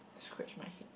scratch my head